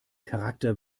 charakter